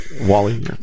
Wally